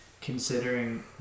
considering